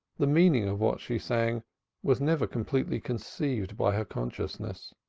the meaning of what she sang was never completely conceived by her consciousness.